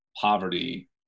poverty